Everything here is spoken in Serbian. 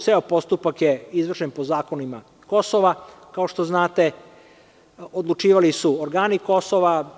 Ceo postupak je izvršen po zakonima Kosova, kao što znate, odlučivali su organi Kosova.